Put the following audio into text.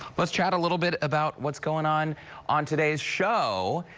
let's chat a little bit about what's going on on today's show.